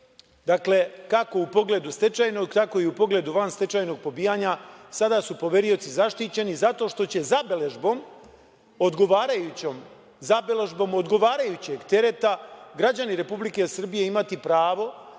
kako u pogledu stečajnog, tako i u pogledu vanstečajnog pobijanja sada su poverioci zaštićeni zato što će zabeležbom odgovarajućom zabeležbom, odgovarajućeg tereta građani Republike Srbije imati pravo